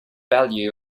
value